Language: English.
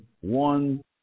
one